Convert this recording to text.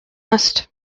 must